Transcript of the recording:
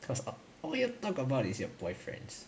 cause all you talk about is your boyfriends